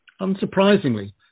unsurprisingly